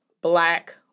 black